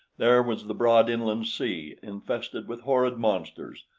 there was the broad inland sea infested with horrid monsters.